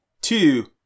two